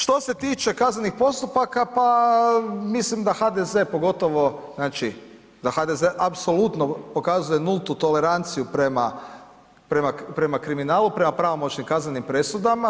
Što se tiče kaznenih postupaka pa mislim da HDZ pogotovo, znači da HDZ apsolutno pokazuje nultu toleranciju prema, prema kriminalu prema pravomoćnim kaznenim presudama.